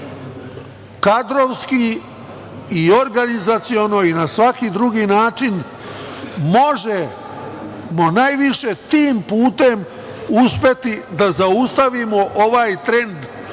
kadrovski i organizaciono i na svaki drugi način, možemo najviše tim putem uspeti da zaustavimo ovaj trend,